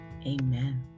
amen